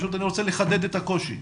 פשוט אני רוצה לחדד את הקושי.